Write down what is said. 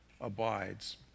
abides